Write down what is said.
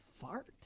fart